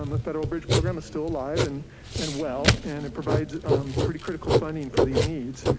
um the federal bridge program is still alive and and well, and it provides pretty critical funding for these needs.